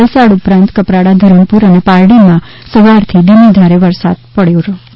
વલસાડ ઉપરાંત કપરાડા ધરમપુર અને પારડીમાં સવારથી ધીમીધારે વરસાદ પડી રહ્યો છે